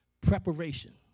Preparation